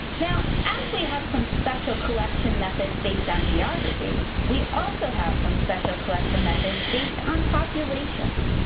now, as we have some special collection methods based on geography, we also have some special collection methods based on populations.